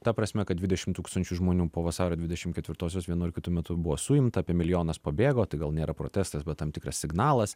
ta prasme kad dvidešim tūkstančių žmonių po vasario dvidešim ketvirtosios vienu ar kitu metu buvo suimta apie milijonas pabėgo tai gal nėra protestas bet tam tikras signalas